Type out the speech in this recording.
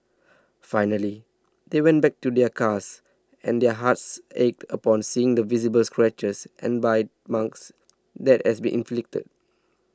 finally they went back to their cars and their hearts ached upon seeing the visible scratches and bite marks that had been inflicted